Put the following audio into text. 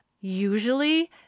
usually